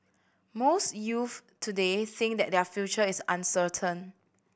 most youths today think that their future is uncertain